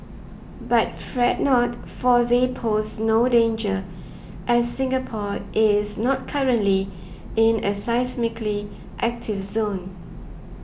but fret not for they pose no danger as Singapore is not currently in a seismically active zone